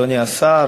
אדוני השר,